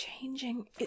changing